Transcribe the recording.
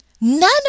None